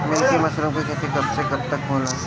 Milky mushroom के खेती कब से कब तक होला?